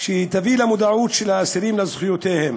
שתביא למודעות של האסירים לזכויותיהם,